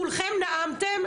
כולכן נאמתן,